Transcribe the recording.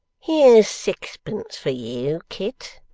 here's sixpence for you, kit.